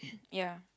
ya